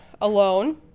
alone